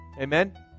Amen